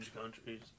countries